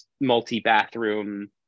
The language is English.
multi-bathroom